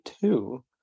two